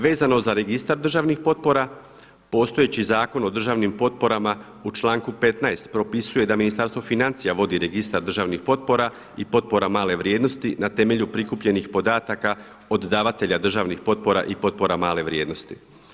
Vezano za registar državnih potpora postojeći Zakon o državnim potporama u članku 15. propisuje da Ministarstvo financija vodi registar državnih potpora i potpora male vrijednosti na temelju prikupljenih podataka od davatelja državnih potpora i potpora male vrijednosti.